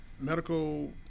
medical